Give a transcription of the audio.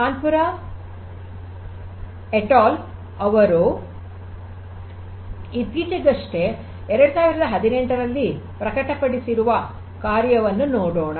Comber et al ಅವರು ಇತ್ತೀಚೆಗಷ್ಟೇ 2018 ರಲ್ಲಿ ಪ್ರಕಟಪಡಿಸಿರುವ ಕಾರ್ಯವನ್ನು ನೋಡೋಣ